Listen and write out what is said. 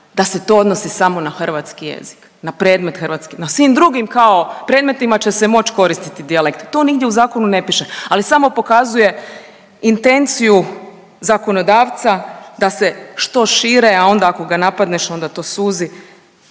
da se to odnosi samo na hrvatski jezi, na predmet hrvatski, na svim drugim kao predmetima će se moći koristiti dijalekt, to nigdje u zakonu ne piše, ali samo pokazuje intenciju zakonodavca da se što šire, a onda, ako ga napadneš, onda to suzi,